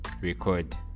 record